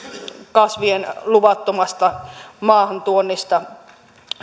kasvien luvattomasta maahantuonnista